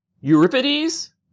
Euripides